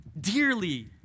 dearly